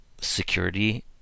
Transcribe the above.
security